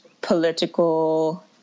political